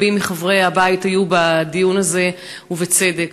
רבים מחברי הבית היו בדיון הזה, ובצדק.